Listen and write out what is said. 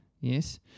yes